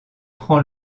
prend